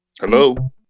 Hello